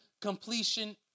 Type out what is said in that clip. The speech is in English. completion